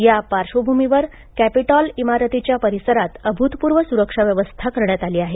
या पार्श्वभूमीवर कॅपिटॉल इमारतीच्या परिसरांत अभूतपुर्व सुरक्षा व्यवस्था करण्यात आली आहे